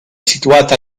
situata